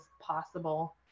possible